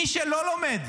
מי שלא לומד,